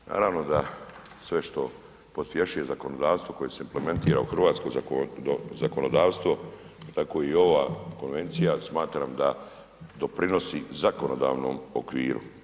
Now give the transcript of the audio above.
Naravno da sve što pospješuje zakonodavstvo, koje se implementira u hrvatsko zakonodavstvo, tako i ova konvencija, smatram da doprinosi zakonodavnom okviru.